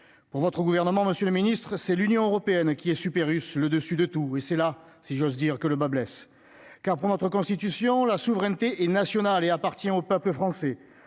pour votre gouvernement, Monsieur le Ministre, c'est l'Union européenne qui est super russe le dessus de tout et c'est là, si j'ose dire que le bas blesse, car pour notre Constitution la souveraineté est nationale, elle appartient au peuple français